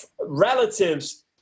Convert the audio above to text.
relatives